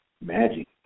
magic